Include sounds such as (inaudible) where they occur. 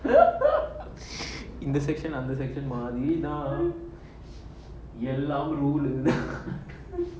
(laughs) இந்த:intha section அந்த:antha section மாதிரி தான் எல்லாம்:maathiri thaan ellam rule தான்:thaan